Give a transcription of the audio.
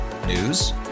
News